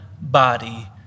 body